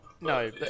No